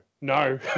no